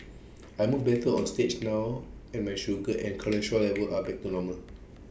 I move better on stage now and my sugar and cholesterol levels are back to normal